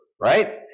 right